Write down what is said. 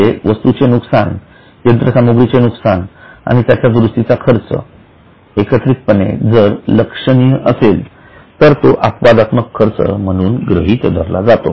म्हणजे वस्तूंचे नुकसान यंत्रसामुग्रीचे नुकसान आणि त्यांच्या दुरुस्तीचा खर्च एकत्रितपणे जर लक्षणीय असेल तर तो अपवादात्मक खर्च म्हणून गृहीत धरला जातो